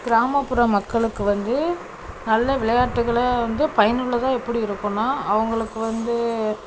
கிராமப்புற மக்களுக்கு வந்து நல்ல விளையாட்டுக்களை வந்து பயனுள்ளதாக எப்படி இருக்கும்ன்னா அவங்களுக்கு வந்து